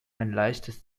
leichtes